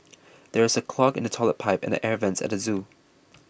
there is a clog in the Toilet Pipe and the Air Vents at the zoo